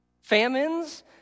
famines